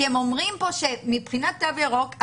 כי הם אומרים פה שמבחינת תו ירוק,